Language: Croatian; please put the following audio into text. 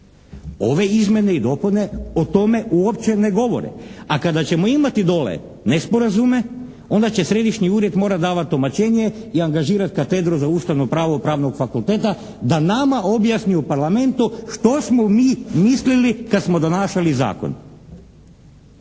Ove izmjene i dopune o tome uopće ne govore a kada ćemo imati dole nesporazume onda će središnji ured morat davat tumačenje i angažirat Katedru za ustavno pravo pravnog fakulteta da nama objasni u Parlamentu što smo mi mislili kad smo donašali zakon.